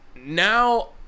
now